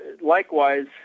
Likewise